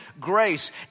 grace